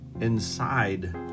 inside